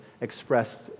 expressed